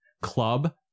club